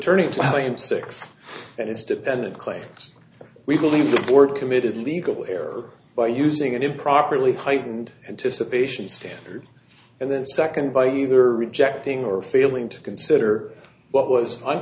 turning to i am six and it's dependent claims we believe the board committed legal error by using an improperly heightened anticipation standard and then second by either rejecting or failing to consider what was